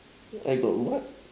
I got what